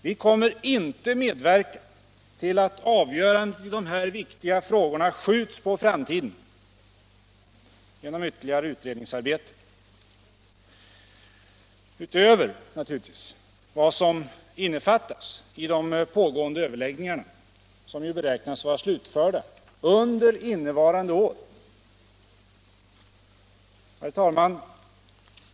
Vi kommer inte att medverka till att avgörandet i de här viktiga frågorna skjuts på framtiden genom ytterligare utredningsarbete utöver vad som innefattas i de pågående överläggningarna, som ju beräknas vara slutförda under innevarande år. Herr talman!